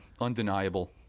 undeniable